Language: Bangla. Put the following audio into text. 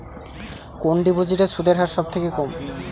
কোন ডিপোজিটে সুদের হার সবথেকে কম?